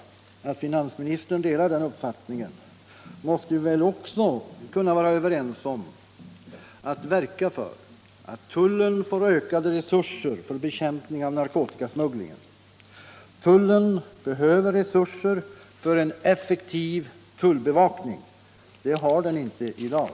Om finansministern delar den uppfattningen, måste vi väl också kunna vara överens om att verka för att tullen får ökade resurser för bekämpning av narkotikasmugglingen. Tullen behöver resurser för en effektiv tullbevakning. Det har den inte i dag.